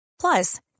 Plus